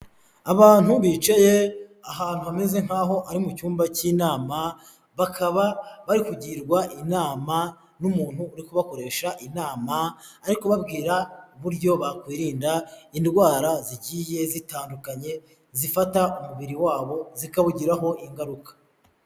Abantu bicaye ahantu hameze nk'aho ari mu cyumba cy'inama, bakaba bari kugirwa inama n'umuntu uri kubakoresha inama, ari kubabwira uburyo bakwirinda indwara zigiye zitandukanye, zifata umubiri wabo zikawugiraho ingaruka.